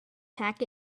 tack